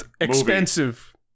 expensive